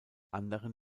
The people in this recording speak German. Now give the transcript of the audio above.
anderen